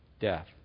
death